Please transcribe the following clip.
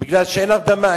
מכיוון שאין הרדמה,